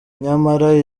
nyamara